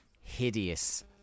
hideous